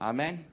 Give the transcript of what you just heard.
，Amen